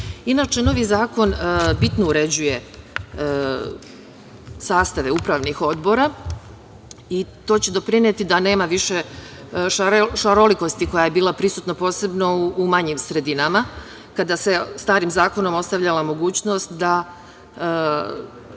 novi zakon bitno uređuje sastave upravnih odbora i to će doprineti da nema više šarolikosti koja je bila prisutna, posebno u manjim sredinama kada se starim zakonom ostavljala mogućnost da